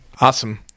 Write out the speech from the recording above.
Awesome